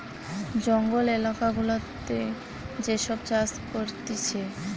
জঙ্গল এলাকা গুলাতে যে সব চাষ করতিছে